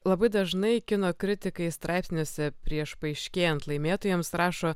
labai dažnai kino kritikai straipsniuose prieš paaiškėjant laimėtojams rašo